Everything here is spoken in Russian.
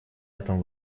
этом